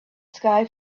sky